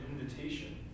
invitation